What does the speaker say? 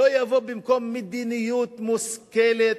לא יבוא במקום מדיניות מושכלת,